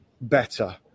better